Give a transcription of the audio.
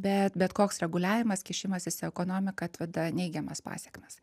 bet bet koks reguliavimas kišimasis į ekonomiką atveda neigiamas pasekmes